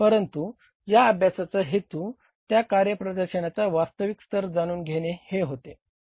परंतु या अभ्यासाचा हेतू त्या कार्यप्रदर्शनाचा वास्तविक स्तर जाणून घेणे हे होते